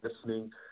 listening